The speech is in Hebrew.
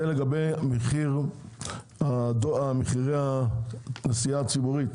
לגבי מחירי הנסיעה הציבורית